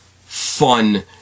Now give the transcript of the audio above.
fun